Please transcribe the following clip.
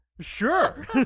Sure